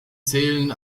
zählen